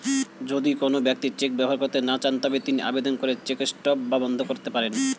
যদি কোন ব্যক্তি চেক ব্যবহার করতে না চান তবে তিনি আবেদন করে চেক স্টপ বা বন্ধ করতে পারেন